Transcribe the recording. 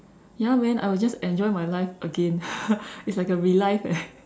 ya man I would just enjoy my life again it's like a re life eh